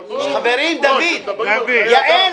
אבל כשמדברים על חיי אדם,